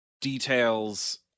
details